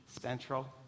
central